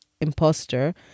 imposter